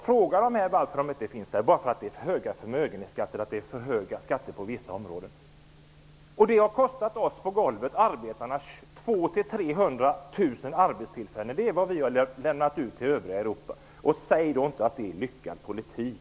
Frågar man dem varför de inte bor här får man svaret att förmögenhetsskatten och skatten på vissa andra områden är för hög. Detta har kostat arbetarna på golvet 200 000-- 300 000 arbetstillfällen. Det är vad vi har lämnat ut till övriga Europa. Säg inte att det är lyckad politik!